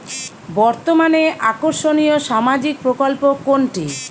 বর্তমানে আকর্ষনিয় সামাজিক প্রকল্প কোনটি?